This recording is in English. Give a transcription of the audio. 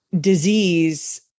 disease